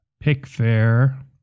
Pickfair